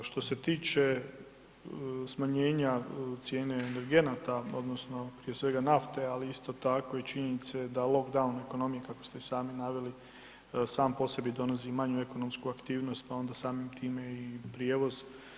Što se tiče smanjenja cijene energenta odnosno prije svega nafte, ali isto tako i činjenice da lockdown ekonomije kako ste i sami naveli sam po sebi donosi manju ekonomsku aktivnost, pa onda samim time i prijevoz.